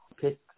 pick